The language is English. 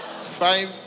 five